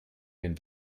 den